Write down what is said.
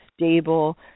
stable